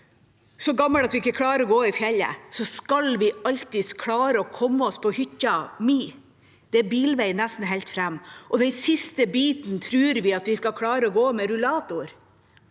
så gamle at vi ikke klarer å gå i fjellet, så skal vi alltids klare å komme oss på hytta mi. Det er bilvei nesten helt fram, og den siste biten tror vi at vi skal klare å gå med rullator